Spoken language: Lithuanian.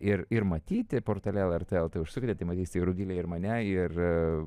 ir ir matyti portale lrt el t užsukite tai matysite ir rugilę ir mane ir